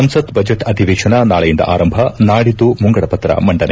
ಸಂಸತ್ ಬಜೆಟ್ ಅಧಿವೇಶನ ನಾಳೆಯಿಂದ ಆರಂಭ ನಾಡಿದ್ಗು ಮುಂಗಡ ಪತ್ರ ಮಂಡನೆ